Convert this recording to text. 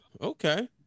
okay